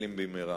שיחלים במהרה.